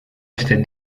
este